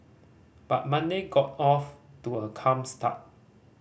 but Monday got off to a calm start